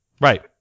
right